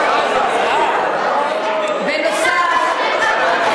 חברת הכנסת